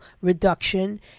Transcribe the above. reduction